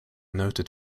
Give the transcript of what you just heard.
noted